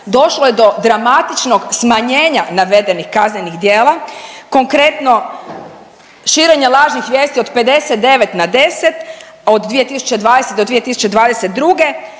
došlo je do dramatičnog smanjenja navedenih kaznenih djela, konkretno, širenje lažnih vijesti od 59 na 10 od 2020. do 2022.,